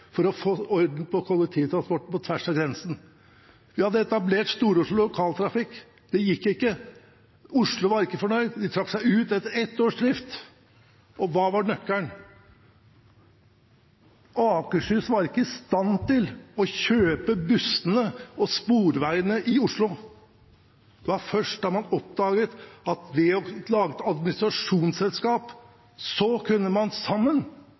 for å få orden på kollektivtransporten på tvers av grensen. Vi hadde etablert Stor-Oslo Lokaltrafikk. Det gikk ikke, Oslo var ikke fornøyd, de trakk seg ut etter ett års drift. Hva var nøkkelen? Akershus var ikke i stand til å kjøpe bussene og Sporveien i Oslo. Det var først da man oppdaget at ved å lage et administrasjonsselskap kunne man